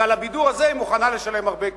ועל הבידור הזה היא מוכנה לשלם הרבה כסף.